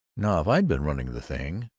now, if i'd been running the thing,